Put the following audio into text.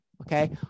okay